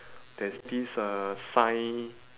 there's this uh sign